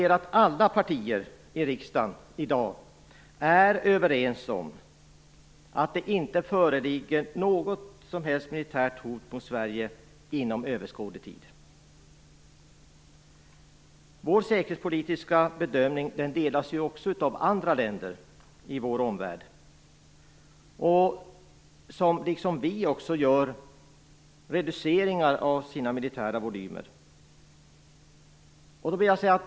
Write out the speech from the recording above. Alla partier i riksdagen är i dag överens om att det inte föreligger något som helst militärt hot mot Sverige inom överskådlig tid. Vår säkerhetspolitiska bedömning delas också av andra länder i vår omvärld. Liksom vi genomför de också reduceringar av sina militära volymer.